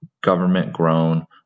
government-grown